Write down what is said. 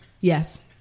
Yes